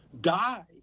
die